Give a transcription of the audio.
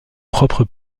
propre